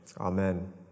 Amen